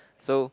so